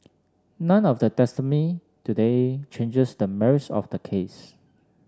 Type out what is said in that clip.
none of the testimony today changes the merits of the case